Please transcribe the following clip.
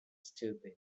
stupid